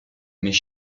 mais